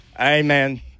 Amen